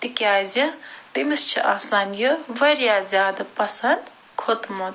تِکیٚازِ تٔمِس چھُ آسان یہِ واریاہ زیادٕ پسنٛد کھوٚتمُت